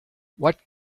what